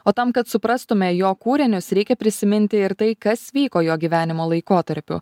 o tam kad suprastume jo kūrinius reikia prisiminti ir tai kas vyko jo gyvenimo laikotarpiu